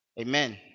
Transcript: Amen